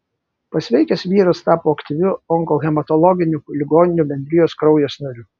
pasveikęs vyras tapo aktyviu onkohematologinių ligonių bendrijos kraujas nariu